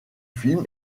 film